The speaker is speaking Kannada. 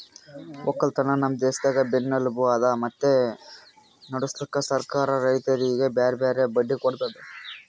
ಒಕ್ಕಲತನ ನಮ್ ದೇಶದ್ ಬೆನ್ನೆಲುಬು ಅದಾ ಮತ್ತೆ ನಡುಸ್ಲುಕ್ ಸರ್ಕಾರ ರೈತರಿಗಿ ಬ್ಯಾರೆ ಬ್ಯಾರೆ ಬಡ್ಡಿ ಕೊಡ್ತುದ್